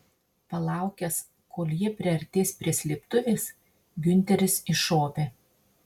palaukęs kol jie priartės prie slėptuvės giunteris iššovė